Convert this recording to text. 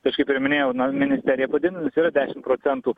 aš kaip ir minėjau na ministerija padidinusi yra dešimt procentų